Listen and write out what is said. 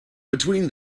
between